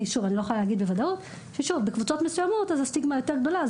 אני לא יכולה להגיד בוודאות שבקבוצות מסוימות הסטיגמה יותר גדולה,